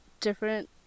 different